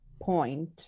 point